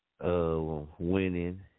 winning